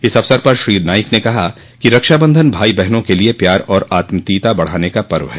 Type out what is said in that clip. इस अवसर पर श्री नाइक ने कहा कि रक्षाबंधन भाई बहनों के लिए प्यार और आत्मीयता बढ़ाने का पर्व है